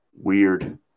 weird